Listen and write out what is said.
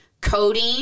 codeine